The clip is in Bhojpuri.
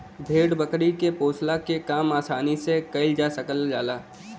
भेड़ बकरी के पोसला के काम आसानी से कईल जा सकल जाला